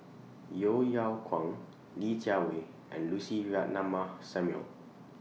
Yeo Yeow Kwang Li Jiawei and Lucy Ratnammah Samuel